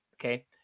Okay